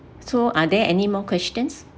so are there any more questions